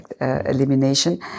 elimination